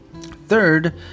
third